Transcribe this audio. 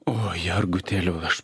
o jergutėliau aš